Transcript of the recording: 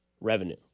revenue